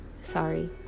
sorry